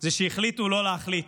זה שהחליטו לא להחליט,